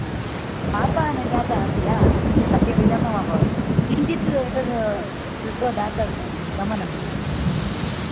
आ पाकः न जातः खिल अद्य विलम्बमभवत् किञ्चित् एतत् कृत्वा दातव्यं गमनम् एवम्